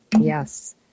Yes